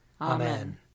Amen